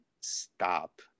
stop